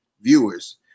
viewers